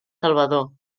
salvador